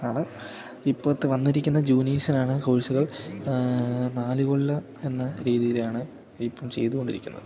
ആണ് ഇപ്പോഴത്തെ വന്നിരിക്കുന്ന ജൂനിയേഴ്സിനാണ് കോഴ്സുകൾ നാലു കൊല്ലം എന്ന രീതിയിലാണ് ഇപ്പോള് ചെയ്തുകൊണ്ടിരിക്കുന്നത്